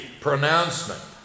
pronouncement